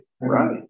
right